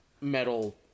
metal